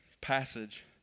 passage